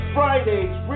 Friday's